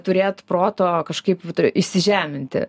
turėt proto kažkaip turi įžeminti